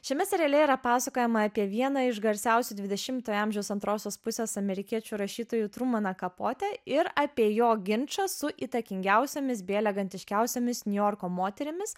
šiame seriale yra pasakojama apie vieną iš garsiausių dvidešimtojo amžiaus antrosios pusės amerikiečių rašytojų trumaną kapote ir apie jo ginčą su įtakingiausiomis bei elegantiškiausiomis niujorko moterimis